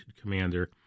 commander